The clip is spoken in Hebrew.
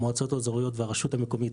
המועצות האזוריות והרשות המקומית,